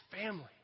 family